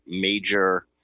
major